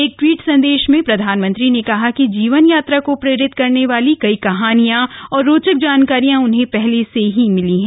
एक ट्वीट में प्रधानमंत्री ने कहा कि जीवन यात्रा को प्रेरित करने वाली कई कहानियां और रोचक जानकारियां उन्हें पहले से ही मिली हैं